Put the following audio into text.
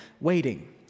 waiting